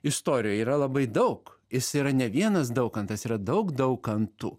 istorijoj yra labai daug jis yra ne vienas daukantas yra daug daukantų